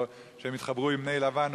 בנתיבי-איילון.